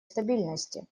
стабильности